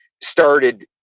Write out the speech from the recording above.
started